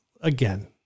again